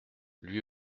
lui